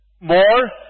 More